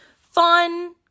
fun